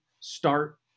start